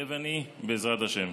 מתחייב אני, בעזרת השם.